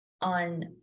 on